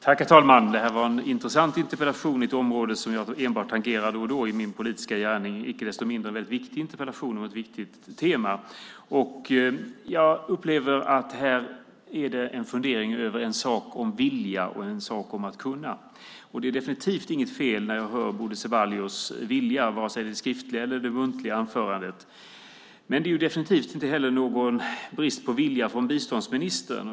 Herr talman! Det här var en intressant interpellation på ett område som jag enbart tangerar då och då i min politiska gärning. Icke desto mindre är det en väldigt viktig interpellation om ett viktigt tema. Jag upplever att det här är en fundering över att vilja och att kunna. Det är definitivt inget fel på Bodil Ceballos vilja, vare sig när det gäller det skriftliga eller det muntliga anförandet. Men det är definitivt heller inte någon brist på vilja från biståndsministern.